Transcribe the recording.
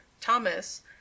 Thomas